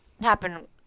happen